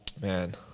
Man